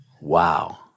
Wow